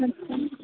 अच्छा